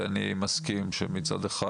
ואני מסכים מצד אחד,